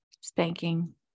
Spanking